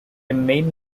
main